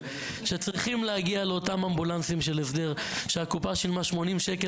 שצריכים להגיע לאותם אמבולנסים של הסדר והקופה שילמה על